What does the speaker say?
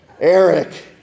Eric